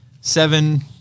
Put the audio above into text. seven